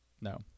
No